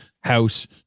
house